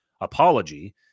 Apology